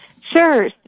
Sure